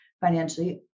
financially